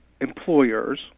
employers